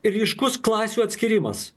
ryškus klasių atskyrimas